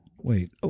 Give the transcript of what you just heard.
Wait